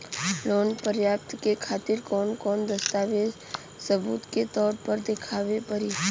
Loan प्राप्ति के खातिर कौन कौन दस्तावेज सबूत के तौर पर देखावे परी?